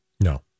No